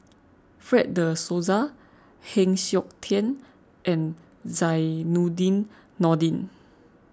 Fred De Souza Heng Siok Tian and Zainudin Nordin